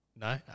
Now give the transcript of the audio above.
No